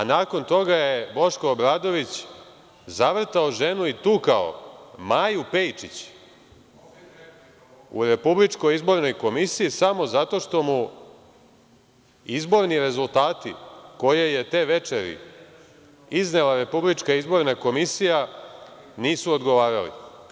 Nakon toga je Boško Obradović zavrtao ženu i tukao, Maju Pejčić, u Republičkoj izbornoj komisiji, samo zato što mu izborni rezultati koje je te večeri iznela Republička izborna komisija nisu odgovarali.